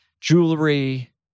jewelry